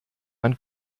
man